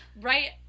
right